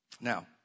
Now